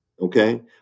okay